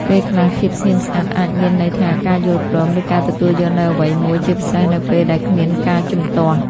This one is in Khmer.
ពេលខ្លះ ភាពស្ងៀមស្ងាត់អាចមានន័យថាការយល់ព្រម ឬការទទួលយកនូវអ្វីមួយ ជាពិសេសនៅពេលដែលគ្មានការជំទាស់។